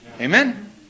Amen